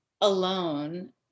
alone